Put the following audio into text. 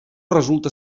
resulta